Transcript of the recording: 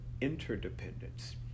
interdependence